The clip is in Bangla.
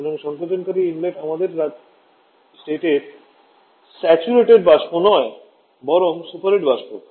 সুতরাং সংকোচকারী ইনলেট আমাদের স্টেটের স্যাচুরেটেড বাষ্প নয় বরং সুপারহিট বাষ্প